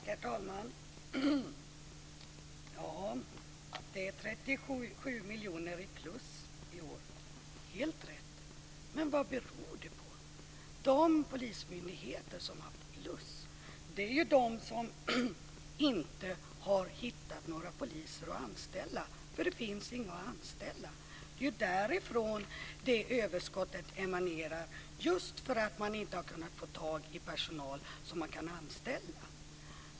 Herr talman! Ja, det är 37 miljoner plus i år. Helt rätt. Men vad beror det på? De polismyndigheter som har haft plus är de som inte har hittat några poliser att anställa, för det finna inga att anställa. Det är därifrån det överskottet emanerar, just för att man inte har kunnat få tag i personal som man kan anställa.